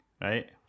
right